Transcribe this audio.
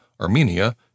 Armenia